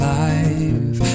life